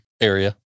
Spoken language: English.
area